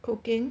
cooking